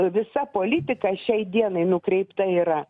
visa politika šiai dienai nukreipta yra